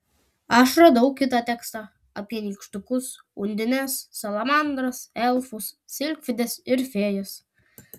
aš radau kitą tekstą apie nykštukus undines salamandras elfus silfides ir fėjas